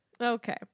Okay